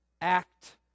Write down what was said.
act